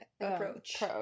approach